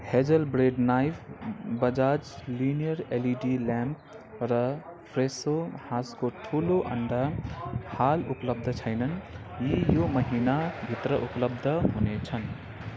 hazel bread knife Bajaj linear LED lamp र Freso हाँसको ठुलो अन्डा हाल उपलब्ध छैनन् यी यो महिना भित्र उपलब्ध हुनेछन्